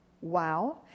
Wow